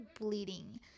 bleeding